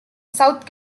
south